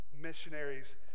missionaries